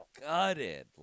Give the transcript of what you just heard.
gutted